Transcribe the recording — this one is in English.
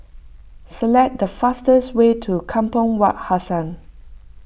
select the fastest way to Kampong Wak Hassan